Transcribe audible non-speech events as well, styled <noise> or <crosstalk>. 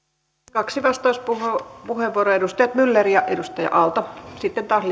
kaksi vastauspuheenvuoroa edustajat myller ja aalto sitten taas <unintelligible>